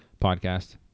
podcast